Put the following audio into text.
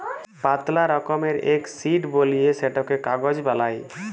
পাতলা রকমের এক শিট বলিয়ে সেটকে কাগজ বালাই